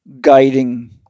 guiding